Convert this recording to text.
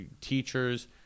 teachers